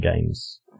games